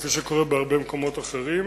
כפי שקורה בהרבה מקומות אחרים.